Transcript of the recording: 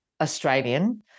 Australian